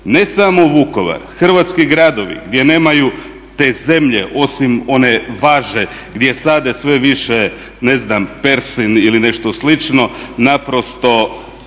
Ne samo Vukovar, hrvatski gradovi gdje nemaju te zemlje, osim one važe gdje sade sve više ne znam peršin ili nešto slično, naprosto su